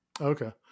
Okay